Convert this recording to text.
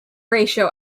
ratio